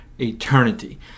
eternity